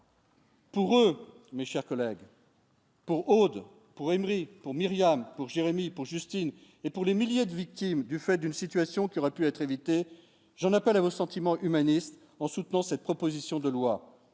Pour eux, mes chers collègues. Pour Aude pour Aymeri pour Myriam pour Jérémy pour Justine et pour les milliers de victimes du fait d'une situation qui aurait pu être évité, j'en appelle à vos sentiments humanistes en soutenant cette proposition de loi,